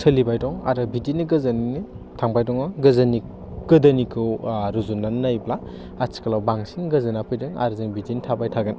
सोलिबाय दं आरो बिदिनो गोजोनैनो थांबाय दं गोदोनिखौ रुजुनानै नायोब्ला आथिखालाव बांसिन गोजोना फैदों आरो जों बिदिनो थाबाय थागोन